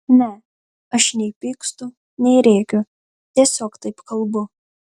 ne aš nei pykstu nei rėkiu tiesiog taip kalbu